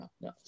no